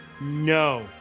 No